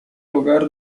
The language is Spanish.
hogar